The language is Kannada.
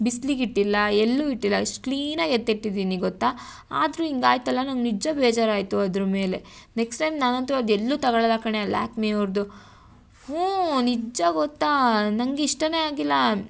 ಬಿಸ್ಲಿಗೆ ಇಟ್ಟಿಲ್ಲ ಎಲ್ಲೂ ಇಟ್ಟಿಲ್ಲ ಎಷ್ಟು ಕ್ಲೀನಾಗಿ ಎತ್ತಿಟ್ಟಿದ್ದೀನಿ ಗೊತ್ತಾ ಆದ್ರೂ ಹಿಂಗಾಯ್ತಲ್ಲ ನಂಗೆ ನಿಜ ಬೇಜಾರಾಯಿತು ಅದ್ರ ಮೇಲೆ ನೆಕ್ಸ್ಟ್ ಟೈಮ್ ನಾನಂತು ಅದು ಎಲ್ಲೂ ತಗೊಳಲ್ಲ ಕಣೇ ಆ ಲ್ಯಾಕ್ಮಿಯವ್ರದ್ದು ಹ್ಞೂ ನಿಜ ಗೊತ್ತಾ ನಂಗೆ ಇಷ್ಟನೇ ಆಗಿಲ್ಲ